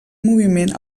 moviment